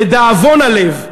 לדאבון הלב,